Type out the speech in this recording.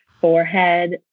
forehead